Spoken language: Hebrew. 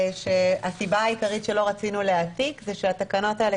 הסיבה העיקרית שלא רצינו להעתיק היא שהתקנות האלה,